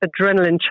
Adrenaline